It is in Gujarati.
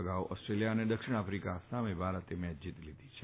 અગાઉ ઓસ્ટ્રેલિયા અને દક્ષિણ આફિકા સામે ભારતે મેચ જીતી લીધી છે